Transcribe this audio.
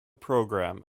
program